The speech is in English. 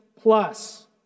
plus